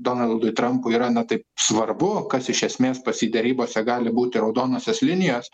donaldui trampui yra na taip svarbu kas iš esmės pas jį derybose gali būti raudonosios linijos